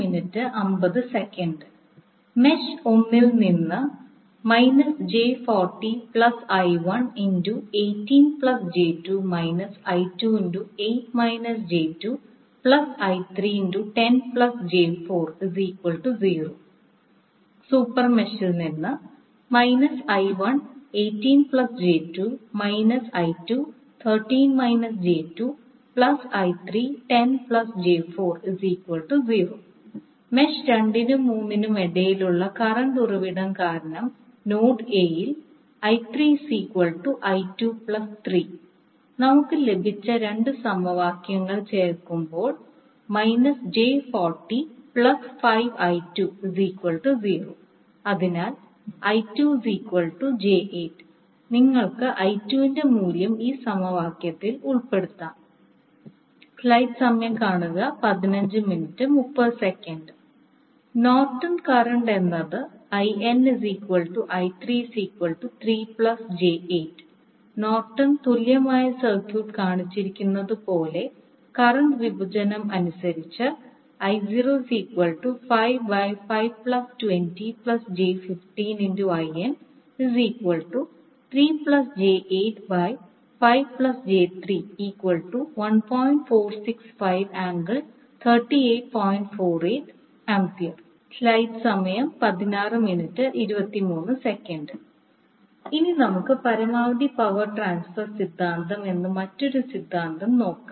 mesh 1 ൽ നിന്ന് സൂപ്പർമെഷിൽ നിന്ന് മെഷ് 2 നും 3 നും ഇടയിലുള്ള കറണ്ട് ഉറവിടം കാരണം നോഡ് a ൽ നമുക്ക് ലഭിച്ച ആദ്യത്തെ രണ്ട് സമവാക്യങ്ങൾ ചേർക്കുമ്പോൾ അതിനാൽ നിങ്ങൾക്ക് I2 ന്റെ മൂല്യം ഈ സമവാക്യത്തിൽ ഉൾപ്പെടുത്താം നോർട്ടൺ കറന്റ് എന്നത് നോർട്ടൺ തുല്യമായ സർക്യൂട്ട് കാണിച്ചിരിക്കുന്നതുപോലെ കറണ്ട് വിഭജനം അനുസരിച്ച് ഇനി നമുക്ക് പരമാവധി പവർ ട്രാൻസ്ഫർ സിദ്ധാന്തം എന്ന മറ്റൊരു സിദ്ധാന്തം നോക്കാം